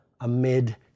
amid